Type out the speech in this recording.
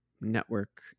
network